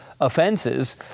offenses